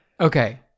Okay